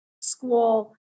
school